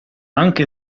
anche